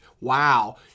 Wow